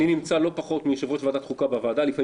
אני נמצא לא פחות מיושב-ראש ועדת חוקה בוועדה ולפעמים